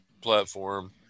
platform